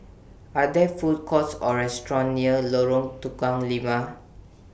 Are There Food Courts Or restaurants near Lorong Tukang Lima